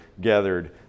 gathered